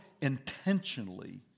intentionally